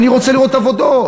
אני רוצה לראות עבודות.